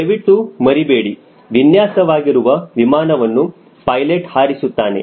ದಯವಿಟ್ಟು ಮರಿಬೇಡಿ ವಿನ್ಯಾಸ ವಾಗಿರುವ ವಿಮಾನವನ್ನು ಪೈಲಟ್ ಹಾರಿಸುತ್ತಾನೆ